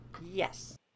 Yes